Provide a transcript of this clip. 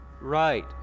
Right